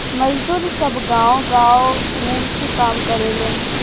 मजदुर सब गांव गाव घूम के काम करेलेन